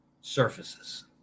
surfaces